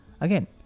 again